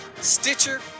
Stitcher